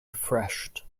refreshed